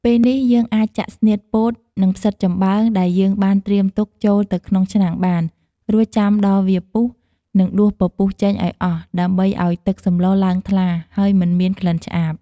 ពេលនេះ យើងអាចចាក់ស្នៀតពោត និង ផ្សិតចំបើងដែលយើងបានត្រៀមទុកចូលទៅក្នុងឆ្នាំងបាន រួចចាំដល់វាពុះ និងដួសពពុះចេញឱ្យអស់ ដើម្បីឱ្យទឹកសម្លឡើងថ្លា ហើយមិនមានក្លិនឆ្អាប។